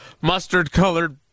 mustard-colored